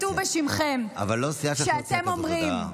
אז ציטטו בשמכם שאתם אומרים,